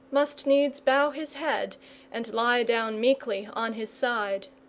must needs bow his head and lie down meekly on his side.